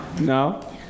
No